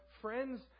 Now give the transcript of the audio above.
friends